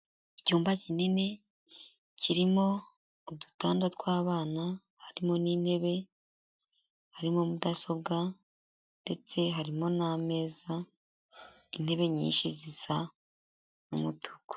Icyumba kinini kirimo udutanda tw'abana harimo n'intebe, harimo mudasobwa, ndetse harimo n'ameza, intebe nyinshi zisa umutuku.